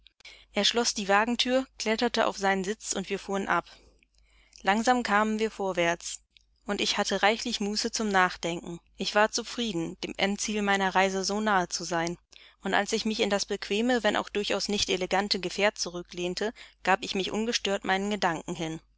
er schloß die wagenthür kletterte auf seinen sitz und wir fuhren ab langsam kamen wir vorwärts und ich hatte reichliche muße zum nachdenken ich war zufrieden dem endziel meiner reise so nahe zu sein und als ich mich in das bequeme wenn auch durchaus nicht elegante gefährt zurücklehnte gab ich mich ungestört meinen gedanken hin